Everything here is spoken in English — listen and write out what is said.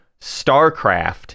StarCraft